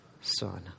son